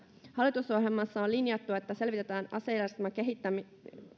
hallitusohjelmassa on linjattu että selvitetään